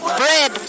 bread